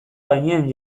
gainean